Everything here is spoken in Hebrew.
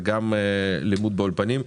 וגם לימוד באולפנים.